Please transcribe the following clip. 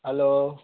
hello